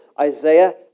Isaiah